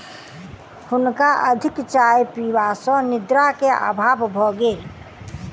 हुनका अधिक चाय पीबा सॅ निद्रा के अभाव भ गेल